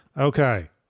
okay